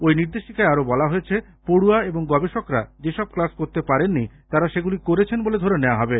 ওই নির্দেশিকায় আরো বলা হয়েছে পড়ুয়া এবং গবেষকরা যেসব ক্লাস করতে পারেননি তারা সেগুলি করেছেন বলে ধরে নেওয়া হবে